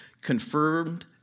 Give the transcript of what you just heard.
confirmed